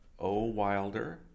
owilder